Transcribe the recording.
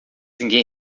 ninguém